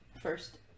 first